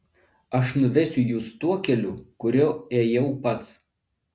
aš nuvesiu jus tuo keliu kuriuo ėjau pats